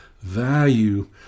value